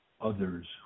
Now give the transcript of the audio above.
others